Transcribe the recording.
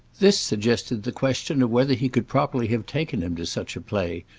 this suggested the question of whether he could properly have taken him to such a play,